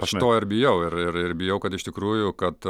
aš to ir bijau ir ir bijau kad iš tikrųjų kad